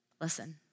Listen